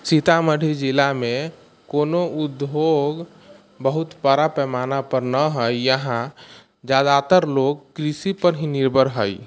सीतामढ़ी जिलामे कोनो उद्योग बहुत बड़ा पैमानापर ना है यहाँ जादातर लोग कृषिपर ही निर्भर हइ